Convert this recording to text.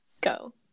go